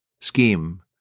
scheme